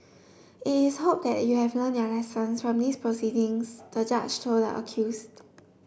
it is hoped that you have learnt your lessons from these proceedings the judge told the accused